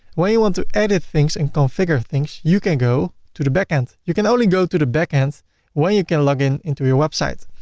when you want to edit things and configure things, you can go to the backend. you can only go to the backend when you can login into your website.